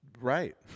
Right